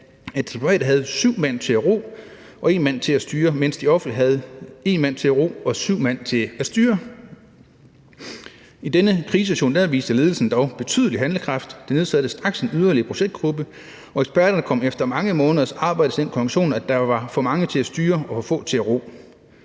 at de private havde syv mand til at ro og en mand til at styre, mens de offentlige havde en mand til at ro og syv mand til at styre. I denne krisesituation viste ledelsen dog betydelig handlekraft og nedsatte straks en yderligere projektgruppe, og eksperterne kom efter mange måneders arbejde til den konklusion, at der jo var for mange til at styre og for få til at ro.